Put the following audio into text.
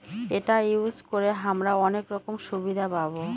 এটা ইউজ করে হামরা অনেক রকম সুবিধা পাবো